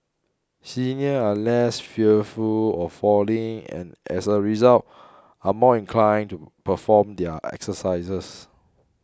seniors are less fearful of falling and as a result are more inclined to perform their exercises